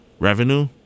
Revenue